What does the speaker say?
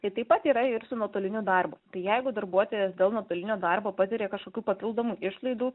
ir tai taip pat yra ir su nuotoliniu darbu jeigu darbuotojas dėl nuotolinio darbo patiria kažkokių papildomų išlaidų